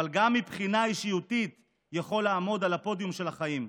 אבל גם מבחינה אישיותית יכול לעמוד על הפודיום של החיים.